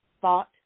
Thought